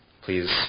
please